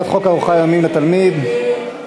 הצעת חוק ארוחה יומית לתלמיד (תיקון,